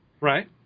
Right